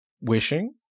wishing